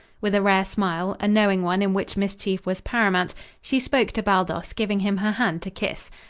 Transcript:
with a rare smile a knowing one in which mischief was paramount she spoke to baldos, giving him her hand to kiss.